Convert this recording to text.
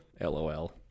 LOL